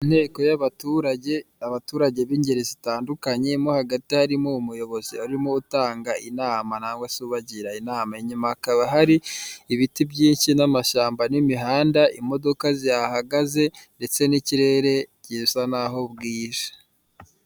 Inteko y'abaturage, abaturage b'ingeri zitandukanye mo hagati harimo umuyobozi arimo utanga inama nangwa se ubagira inama, inyuma hakaba hari ibiti byinshi n'amashyamba n'imihanda imodoka zihahagaze ndetse n'ikirere gisa n'aho bwije.